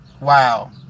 Wow